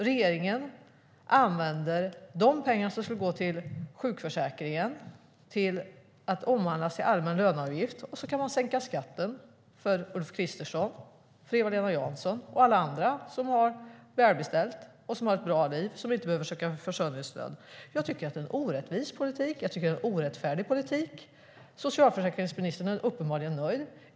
Regeringen använder de pengar som skulle gå till sjukförsäkringen till att omvandlas till allmän löneavgift. Sedan kan man sänka skatten för Ulf Kristersson, för Eva-Lena Jansson och för alla andra som har det välbeställt, som lever ett bra liv och som inte behöver söka försörjningsstöd. Jag tycker att det är en orättvis politik, och jag tycker att det är en orättfärdig politik. Socialförsäkringsministern är uppenbarligen nöjd.